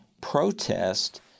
protest